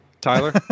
Tyler